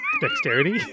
Dexterity